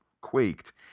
quaked